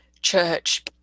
church